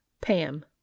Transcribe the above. Pam